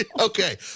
Okay